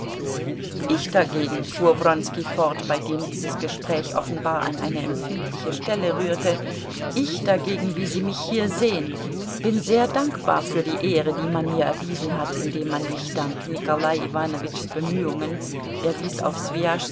ich dagegen fuhr wronski fort bei dem dieses gespräch offenbar an eine empfindliche stelle rührte ich dagegen wie sie mich hier sehen bin sehr dankbar für die ehre die man mir erwiesen hat indem man mich dank nikolai iwanowitschs bemühungen